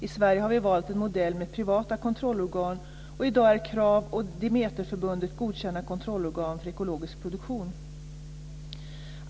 I Sverige har vi valt en modell med privata kontrollorgan, och i dag är Krav och Demeterförbundet godkända kontrollorgan för ekologisk produktion.